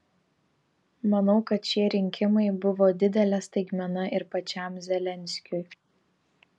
manau kad šie rinkimai buvo didelė staigmena ir pačiam zelenskiui